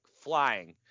flying